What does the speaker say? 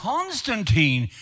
Constantine